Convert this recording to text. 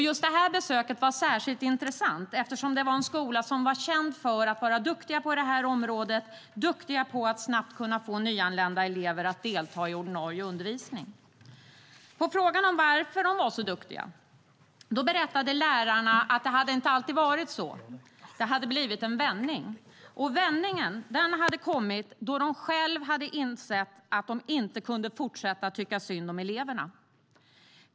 Just det här besöket var särskilt intressant, eftersom detta var en skola som var känd för att vara duktig på området - man var duktig på att snabbt kunna få nyanlända elever att delta i ordinarie undervisning. Som svar på frågan om varför de var så duktiga berättade lärarna att det inte alltid hade varit så. Det hade blivit en vändning. Vändningen hade kommit då de själva hade insett att de inte kunde fortsätta att tycka synd om eleverna.